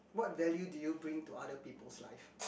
what value do you bring to other people's life